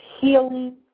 healing